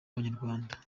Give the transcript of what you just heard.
abanyarwanda